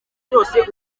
byose